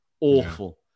Awful